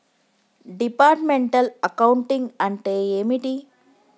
Departmental accounting అంటే ఏమిటి?